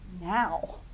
Now